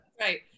Right